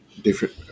different